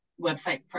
website